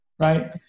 right